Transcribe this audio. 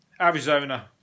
Arizona